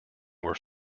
were